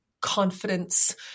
confidence